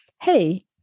Hey